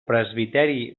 presbiteri